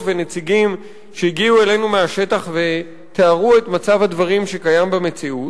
ונציגים שהגיעו אלינו מהשטח ותיארו את מצב הדברים שקיים במציאות,